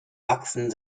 wachsen